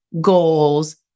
goals